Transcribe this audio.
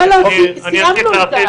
לא, סיימנו.